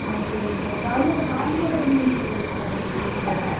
ஆ சரிங்க சார் காலையில் சாய்ந்திரம் எத்தனை மணிக்கு சார் போவோம் விடுவீங்க